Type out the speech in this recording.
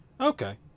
Okay